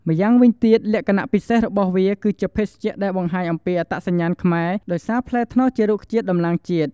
ម្យ៉ាងវិញទៀតលក្ខណៈពិសេសរបស់វា គឺជាភេសជ្ជៈដែលបង្ហាញពីអត្តសញ្ញាណខ្មែរ ដោយសារផ្លែត្នោតជារុក្ខជាតិតំណាងជាតិ។